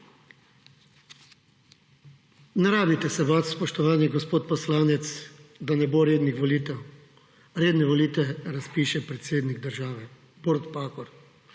Ne rabite se bat, spoštovani gospod poslanec, da ne bo rednih volitev. Redne volitve razpiše predsednik države, Borut Pahor.